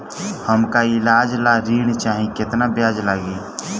हमका ईलाज ला ऋण चाही केतना ब्याज लागी?